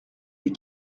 des